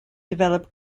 develop